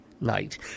night